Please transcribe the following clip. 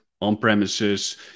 on-premises